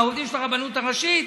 העובדים של הרבנות הראשית.